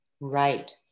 Right